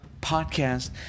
podcast